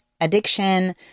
addiction